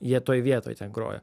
jie toj vietoj ten grojo